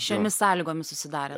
šiomis sąlygomis susidarė